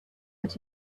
but